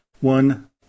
One